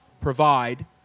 provide